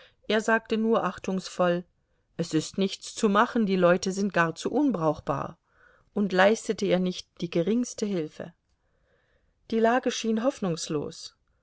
er sagte nur achtungsvoll es ist nichts zu machen die leute sind gar zu unbrauchbar und leistete ihr nicht die geringste hilfe die lage schien hoffnungslos